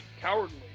cowardly